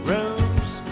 Rooms